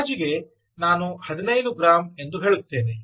ಅಂದಾಜಿಗೆ ನಾನು 15 ಗ್ರಾಂ ಎಂದು ಹೇಳುತ್ತೇನೆ